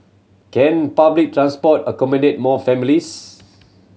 can public transport accommodate more families